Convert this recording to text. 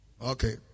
Okay